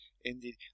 Indeed